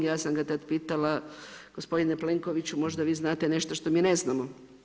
Ja sam ga tad pitala, gospodine Plenkoviću, možda vi znate nešto što mi ne znamo?